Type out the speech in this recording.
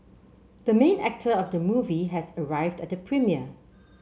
the main actor of the movie has arrived at the premiere